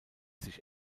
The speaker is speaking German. sich